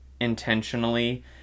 intentionally